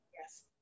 yes